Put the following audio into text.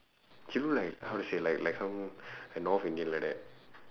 she look like how to say like like some like north indian like that